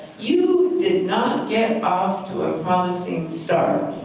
you did not get off to a promising start.